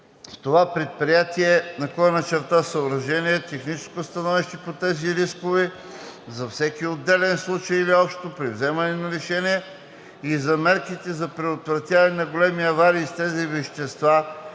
това предприятие/съоръжение, техническо становище по тези рискове, за всеки отделен случай или общо, при вземането на решения, и за мерките за предотвратяване на големи аварии с тези вещества